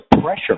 pressure